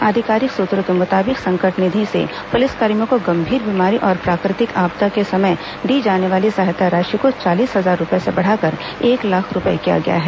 आधिकॉरिक सूत्रों के मुताबिक संकट निधि से पुलिसकर्मियों को गंभीर बीमारी और प्राकृतिक आपदा के समय दी जाने वाली सहायता राशि को चालीस हजार रूपये से बढ़ाकर एक लाख रूपये किया गया है